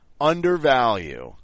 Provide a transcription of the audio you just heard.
undervalue